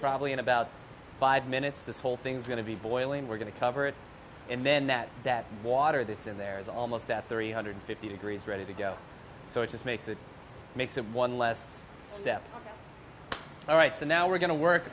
probably in about five minutes this whole thing's going to be boiling we're going to cover it and then that that water that's in there is almost at three hundred fifty degrees ready to go so it just makes it makes it one less step all right so now we're going to work